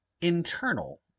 internal